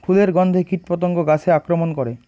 ফুলের গণ্ধে কীটপতঙ্গ গাছে আক্রমণ করে?